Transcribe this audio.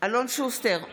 אלון שוסטר,